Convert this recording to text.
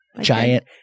Giant